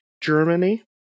Germany